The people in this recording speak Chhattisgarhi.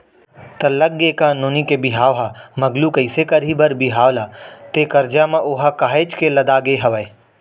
त लग गे का नोनी के बिहाव ह मगलू कइसे करही बर बिहाव ला ते करजा म ओहा काहेच के लदागे हवय